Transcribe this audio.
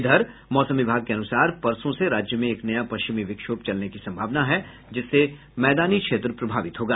इधर मौसम विभाग के अनुसार परसों से राज्य में एक नया पश्चिमी विक्षोभ चलने की सम्भावना है जिससे मैदानी क्षेत्र प्रभावित होगा